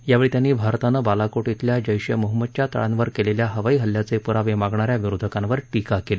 यावेळी त्यांनी भारतानं बालाकोट बेल्या जैश ए मोहम्मदच्या तळांवर केलेल्या हवाई हल्ल्याचे पुरावे मागणाऱ्या विरोधकांवर टीका केली